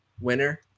winner